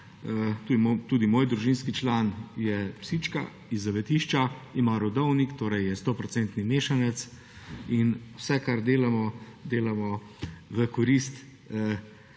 Tudi moj družinski član je psička iz zavetišča, ima rodovnik, torej je stoprocentni mešanec. Vse, kar delamo, delamo v korist